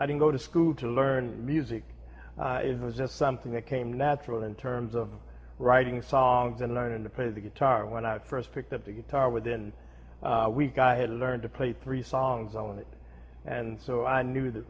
to go to school to learn music it was just something that came natural in terms of writing songs and learning to play the guitar when i first picked up the guitar within a week i had learned to play three songs on it and so i knew that